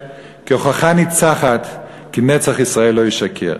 כהוכחה ניצחת כי נצח ישראל לא ישקר.